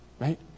right